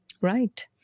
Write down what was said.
right